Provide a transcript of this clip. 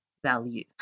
value